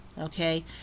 okay